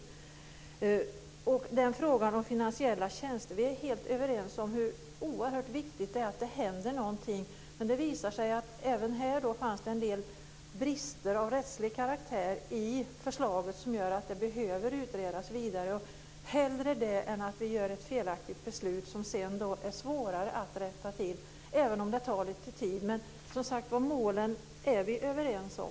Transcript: Vi är helt överens om hur oerhört viktigt det är att det händer någonting när det gäller frågan om finansiella tjänster. Men det visade sig att det även här fanns en del brister av rättslig karaktär i förslaget som gör att det behöver utredas vidare. Hellre det än att vi fattar ett felaktigt beslut som sedan är svårare att rätta till, även om det tar lite tid. Men målen är vi som sagt överens om.